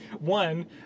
one